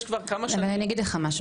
יש כבר כמה שנים --- אז אני אגיד לך משהו.